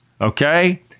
okay